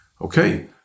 Okay